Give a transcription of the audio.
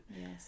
Yes